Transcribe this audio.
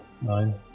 Nine